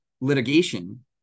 litigation